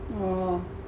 oh